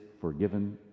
forgiven